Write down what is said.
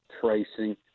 tracing